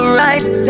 right